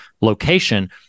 location